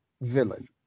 villain